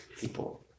people